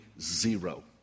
zero